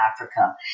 Africa